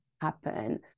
happen